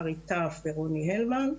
בארי טאף ורוני הלמן,